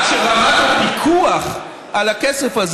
רק שרמת הפיקוח על הכסף,